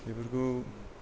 बेफोरखौ